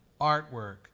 artwork